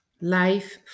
Life